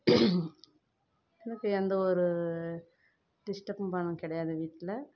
எனக்கு எந்தவொரு டிஸ்டர்பும் பண்ண கிடையாது வீட்டில்